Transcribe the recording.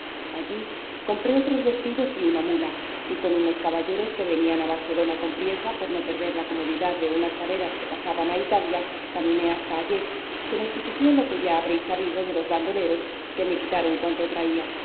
allí compré otros vestidos y una mula y con unos caballeros que venían a barcelona con priesa por no perder la comodidad de unas galeras que pasaban a italia caminé hasta ayer que me sucedió lo que ya habréis sabido de los bandoleros que me quitaron cuanto traía